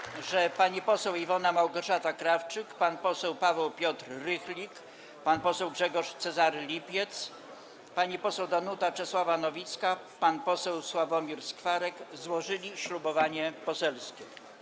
Stwierdzam, że pani poseł Iwona Małgorzata Krawczyk, pan poseł Paweł Piotr Rychlik, pan poseł Grzegorz Cezary Lipiec, pani poseł Danuta Czesława Nowicka i pan poseł Sławomir Skwarek złożyli ślubowanie poselskie.